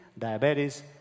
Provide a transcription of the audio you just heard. diabetes